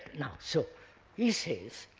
now so he says,